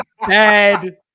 bad